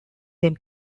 them